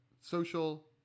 Social